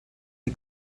die